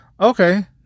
Okay